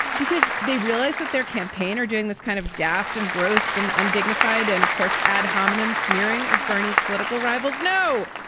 because they realized that their campaign are doing this kind of daft and gross and undignified and, of course, ad hominem smearing of bernie's political rivals. no.